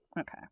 Okay